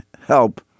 help